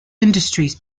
industries